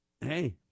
hey